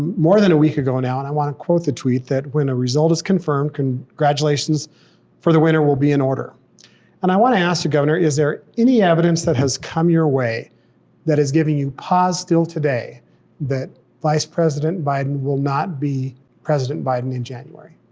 more than a week ago now, and i wanna quote that tweet, that, when a result is confirmed, congratulations for the winner will be in order and i wanna ask you, governor, is there any evidence that has come your way that has given you pause still today that vice president biden will not be president biden in january?